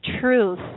truth